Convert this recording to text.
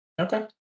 Okay